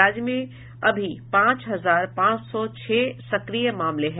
राज्य में अभी पांच हजार पांच सौ छह सक्रिय मामले हैं